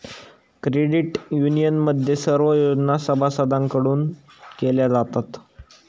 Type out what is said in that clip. credit युनियनमध्ये सर्व योजना सभासदांकडून केल्या जातात